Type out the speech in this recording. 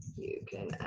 you can